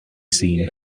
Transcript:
seen